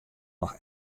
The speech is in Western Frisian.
noch